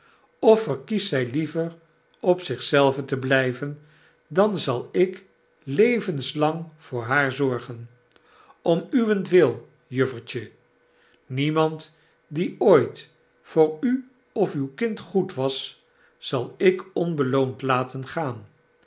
of verkiest zy liever op zich zelve te blijven dan zal ik levenslang voor haar zorgen om uwentwil juffertje niemand die ooit voor u of uw kind goed was zal ik onbeloond laten gaan